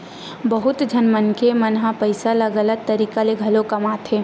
बहुत झन मनखे मन ह पइसा ल गलत तरीका ले घलो कमाथे